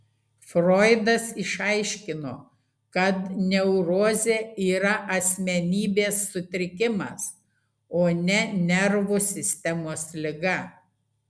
froidas išaiškino kad neurozė yra asmenybės sutrikimas o ne nervų sistemos liga